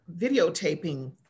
videotaping